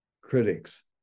critics